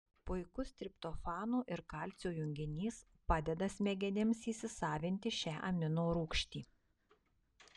puikus triptofano ir kalcio junginys padeda smegenims įsisavinti šią aminorūgštį